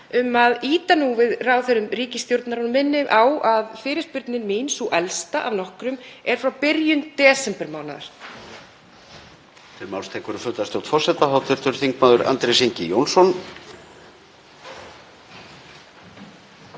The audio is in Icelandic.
að ýta nú við ráðherrum ríkisstjórnarinnar og minni á að fyrirspurnin mín, sú elsta af nokkrum, er frá byrjun desembermánaðar.